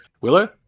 Willow